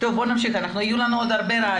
בוקר טוב חבר הכנסת להב הרצנו.